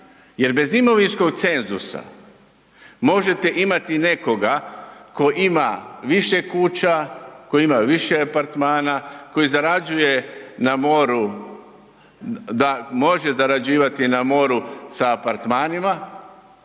jer bez imovinskog cenzusa možete imati nekoga ko ima više kuća, ko ima više apartmana, koji može zarađivati na moru sa apartmanima